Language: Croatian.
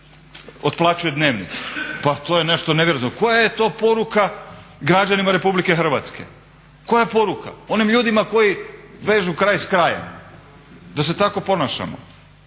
otplaćuje dnevnicu. Pa to je nešto nevjerojatno. Koja je to poruka građanima RH, koja je poruka onim ljudima koji vežu kraj s krajem da se tako ponašamo?